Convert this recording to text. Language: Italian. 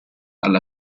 alla